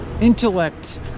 intellect